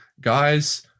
guys